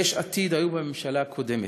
הרי יש עתיד היו בממשלה הקודמת.